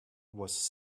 was